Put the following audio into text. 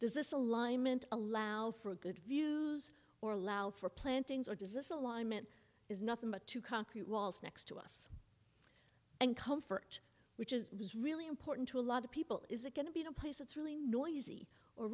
does this alignment allow for a good views or allow for plantings or does this alignment is nothing but to concrete walls next to us and comfort which is really important to a lot of people is it going to be a place that's really noisy or